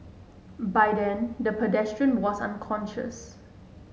by then the pedestrian was unconscious